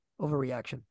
overreaction